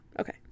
okay